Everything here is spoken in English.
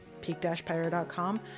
peak-pyro.com